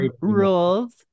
rules